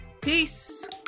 peace